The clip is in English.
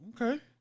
okay